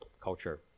culture